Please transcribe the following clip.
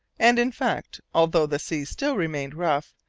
and, in fact, although the sea still remained rough,